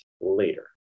later